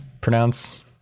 pronounce